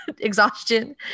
exhaustion